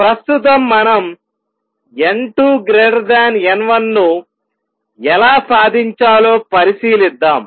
ప్రస్తుతం మనం n2 n1 ను ఎలా సాధించాలో పరిశీలిద్దాం